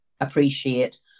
appreciate